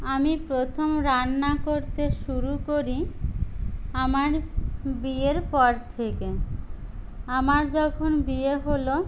আমি প্রথম রান্না করতে শুরু করি আমার বিয়ের পর থেকে আমার যখন বিয়ে হলো